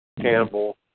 Campbell